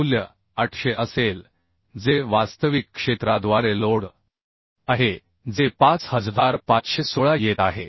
मूल्य 800 असेल जे वास्तविक क्षेत्राद्वारे लोड आहे जे 5516 येत आहे